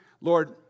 Lord